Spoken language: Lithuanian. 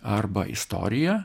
arba istorija